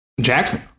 Jackson